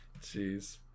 Jeez